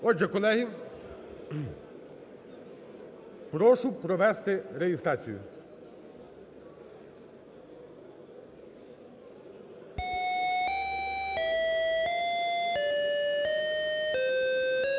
Отже, колеги, прошу провести реєстрацію.